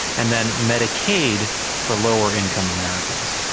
and then medicaid for lower income americans.